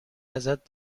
ازت